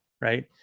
right